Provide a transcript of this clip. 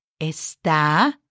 está